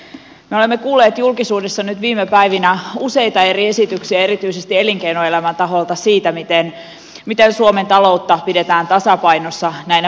me olemme kuulleet julkisuudessa nyt viime päivinä useita eri esityksiä erityisesti elinkeinoelämän taholta siitä miten suomen taloutta pidetään tasapainossa näinä vaikeina aikoina